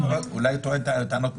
במהותם הם דיונים טכניים,